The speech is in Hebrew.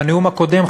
בנאום הקודם,